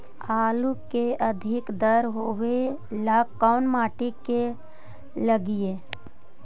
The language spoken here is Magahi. आलू के अधिक दर होवे ला कोन मट्टी में लगीईऐ?